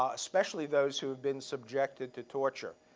ah especially those who have been subjected to torture.